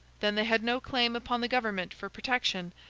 then they had no claim upon the government for protection,